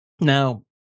Now